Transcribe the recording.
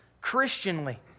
Christianly